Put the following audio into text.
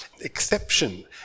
exception